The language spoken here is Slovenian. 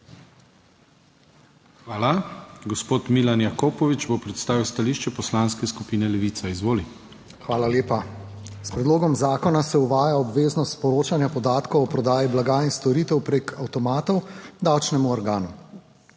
Hvala. Gospod Milan Jakopovič bo predstavil stališče Poslanske skupine Levica. Izvoli. **MILAN JAKOPOVIČ (PS Levica):** Hvala lepa. S predlogom zakona se uvaja obveznost poročanja podatkov o prodaji blaga in storitev preko avtomatov davčnemu organu.